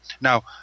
Now